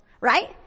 right